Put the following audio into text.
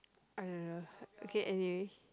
uh okay anyway